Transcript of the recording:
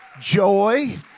joy